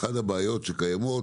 אחת הבעיות שקיימות